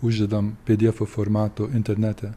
uždedam pėdėefo formatu internete